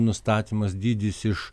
nustatymas dydis iš